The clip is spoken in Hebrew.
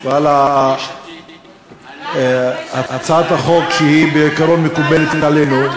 ועל הצעת החוק שבעיקרון היא מקובלת עלינו.